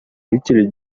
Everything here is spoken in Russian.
жителей